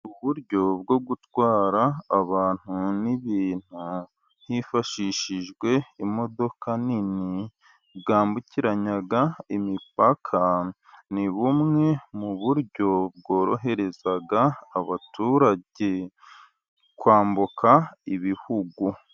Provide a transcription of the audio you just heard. Uburyo bwo gutwara abantu n'ibintu hifashishijwe imodoka nini bwambukiranya imipaka ni bumwe mu buryo bworohereza abaturage kwambuka ibihugu.